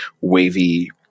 wavy